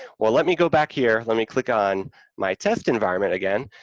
well, let me go back here, let me click on my test environment again,